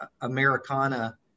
Americana